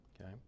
Okay